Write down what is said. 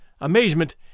amazement